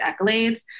accolades